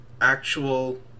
actual